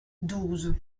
douze